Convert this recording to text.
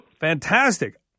Fantastic